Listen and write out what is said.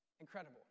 Incredible